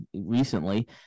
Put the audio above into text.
recently